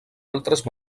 altres